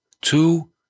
two